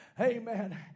Amen